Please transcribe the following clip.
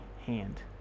hand